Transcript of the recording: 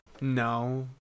No